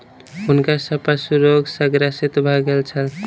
हुनकर सभ पशु रोग सॅ ग्रसित भ गेल छल